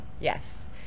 Yes